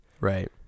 Right